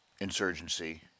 insurgency